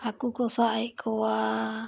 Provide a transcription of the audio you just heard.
ᱦᱟᱹᱠᱩ ᱠᱚ ᱥᱟᱵᱮᱫ ᱠᱚᱣᱟ